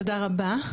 תודה רבה.